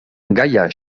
gaia